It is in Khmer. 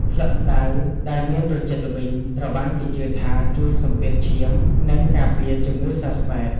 ស្លឹកស្តៅដែលមានរសជាតិល្វីង ត្រូវបានគេជឿថាជួយសម្អាតឈាម និងការពារជំងឺសើស្បែក។